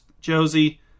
Josie